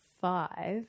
five